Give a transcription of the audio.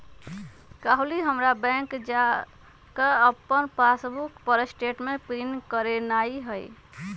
काल्हू हमरा बैंक जा कऽ अप्पन पासबुक पर स्टेटमेंट प्रिंट करेनाइ हइ